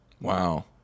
Wow